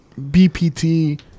BPT